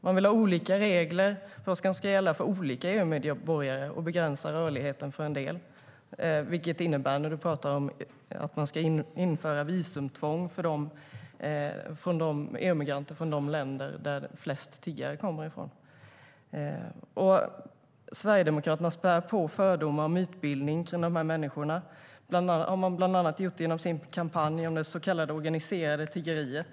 De vill ha olika regler för olika EU-medborgare och begränsa rörligheten för en del, det vill säga införa visumtvång för EU-migranter från de länder som flest tiggare kommer från. Sverigedemokraterna späder på fördomar om dessa människor. De har bland annat gjort det i sin kampanj om det så kallade organiserade tiggeriet.